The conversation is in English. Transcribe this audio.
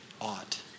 ought